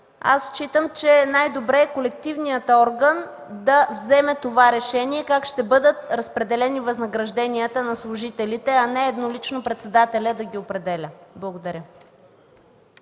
аз считам, че е най-добре колективният орган да вземе това решение как ще бъдат разпределени възнагражденията на служителите, а не еднолично председателят да ги определя. Благодаря.